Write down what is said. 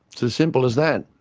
it's as simple as that,